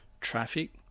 Traffic